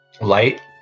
Light